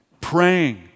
praying